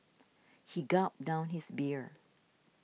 he gulped down his beer